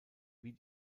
wie